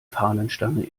fahnenstange